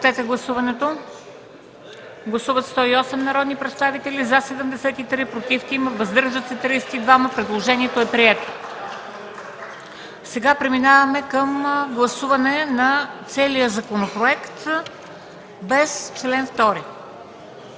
Сега преминаваме към гласуване на целия законопроект – без чл. 2.